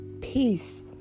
Peace